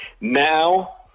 Now